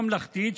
ממלכתית,